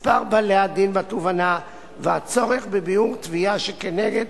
מספר בעלי הדין בתובענה והצורך בבירור תביעה שכנגד